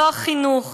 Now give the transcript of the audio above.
לא החינוך,